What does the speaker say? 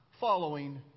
following